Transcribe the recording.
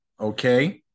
okay